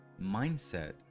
mindset